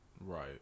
Right